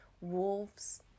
wolves